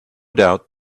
doubt